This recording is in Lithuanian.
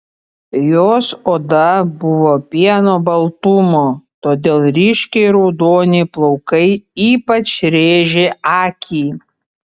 jos oda buvo pieno baltumo todėl ryškiai raudoni plaukai ypač rėžė akį